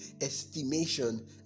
estimation